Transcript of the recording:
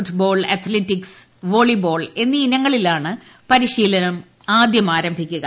football athletics volleyball ് എ്ന്നീ ഇനങ്ങളിലാണ് പരിശീലനങ്ങൾ ആദ്യം ആരംഭിക്കുക